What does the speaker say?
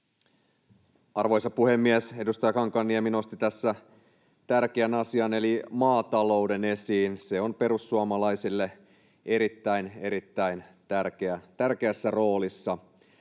Arvoisa puhemies! Edustaja Kankaanniemi nosti tässä tärkeän asian eli maatalouden esiin. Se on perussuomalaisille erittäin, erittäin tärkeässä roolissa.